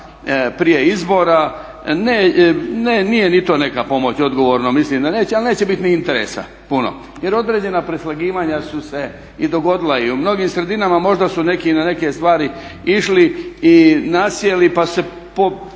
prije izbora nije ni to neka pomoć odgovorno mislim. Ali neće biti ni interesa puno. Jer određena preslagivanja su se i dogodila i u mnogim sredinama možda su neki na neke stvari išli i nasjeli pa su se